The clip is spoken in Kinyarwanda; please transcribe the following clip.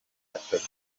atatu